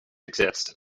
exist